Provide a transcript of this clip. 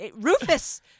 rufus